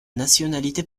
nationalité